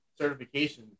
certifications